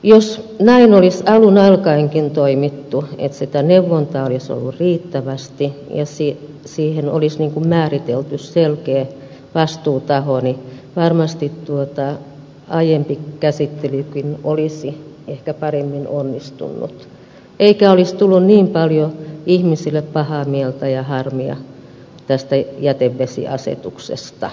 jos näin olisi alun alkaenkin toimittu että sitä neuvontaa olisi ollut riittävästi ja siihen olisi määritelty selkeä vastuutaho niin varmasti aiempi käsittelykin olisi ehkä paremmin onnistunut eikä olisi tullut niin paljon ihmisille pahaa mieltä ja harmia tästä jätevesiasetuksesta